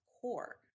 core